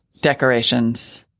decorations